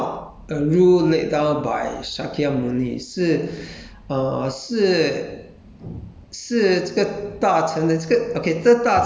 这个 about vegetarian oh 不是 it's not it's not a rule laid down by sakya muni 是 uh 是